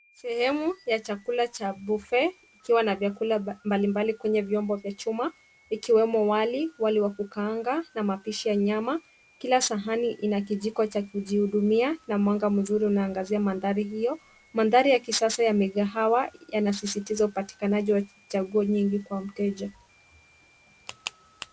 Sehemu ya chakula Cha bufe ikiwa na chakula mbalimbali kwenye vyombo vya chuma ikiwemo wali, wali wa kukaanga na mapishi ya nyama Kila sahani Ina kijiko Cha kujihudumia na mwanga mzuri unaangazia mandari hiyo. Mandari ya kisasa yamegahawa yanaasisitiza upatikanaji wa chaguo nyingi kwa mteja.